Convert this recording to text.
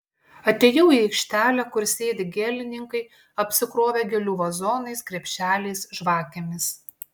atėjau į aikštelę kur sėdi gėlininkai apsikrovę gėlių vazonais krepšeliais žvakėmis